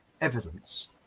evidence